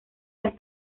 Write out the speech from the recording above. las